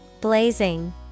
blazing